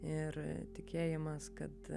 ir tikėjimas kad